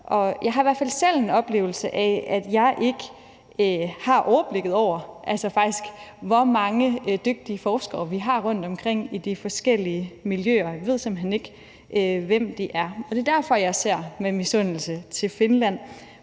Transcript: hvert fald selv en oplevelse af, at jeg faktisk ikke har overblikket over, hvor mange dygtige forskere vi har rundtomkring i de forskellige miljøer – jeg ved simpelt hen ikke, hvem de er. Kl. 14:36 Det er derfor, jeg ser med misundelse til Finland,